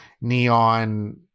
neon